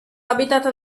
habitat